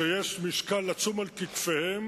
שיש משקל עצום על כתפיהם,